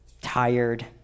tired